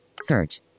Search